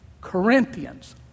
Corinthians